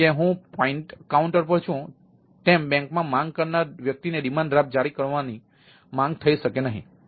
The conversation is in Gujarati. જેમ કે હું પોઇન્ટ કાઉન્ટર પર છું તેમ બેંકમાં માંગ કરનાર વ્યક્તિને ડિમાન્ડ ડ્રાફ્ટ જારી કરવાની માંગ થઈ શકે નહીં